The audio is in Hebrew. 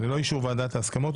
ללא אישור ועדת ההסכמות,